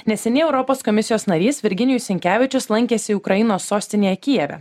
neseniai europos komisijos narys virginijus sinkevičius lankėsi ukrainos sostinėje kijeve